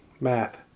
math